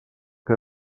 que